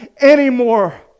anymore